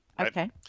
Okay